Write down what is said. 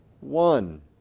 One